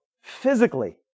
physically